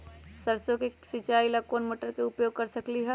सरसों के सिचाई ला कोंन मोटर के उपयोग कर सकली ह?